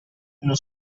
uno